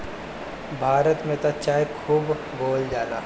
भारत में त चाय खूब बोअल जाला